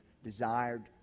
desired